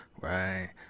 right